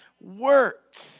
Work